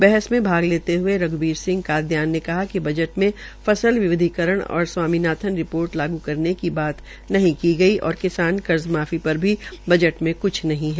बहस में भाग लेते हये रघ्वीर सिह कादयान ने कहा कि बजट में फसल विवधीकरण और स्वामीनाथन रिपोर्ट लागू करने करने की बात नहीं की गई और किसान कर्ज माफी पर भी बजट में कुछ नहीं है